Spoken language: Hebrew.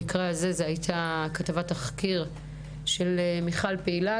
במקרה הזה זו הייתה כתבה של מיכל פעילן